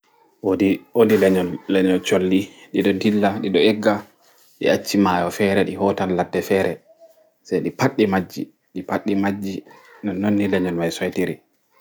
Wooɗi wooɗi lenyo colli ɗiɗo ɗilla ɗiɗo egga ɗi acci maayo fere ɗi hootan laɗɗe fere se ɗi pat ɗi majji nonno ni lenyol mai soitiri